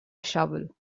shovel